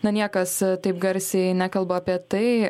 niekas taip garsiai nekalba apie tai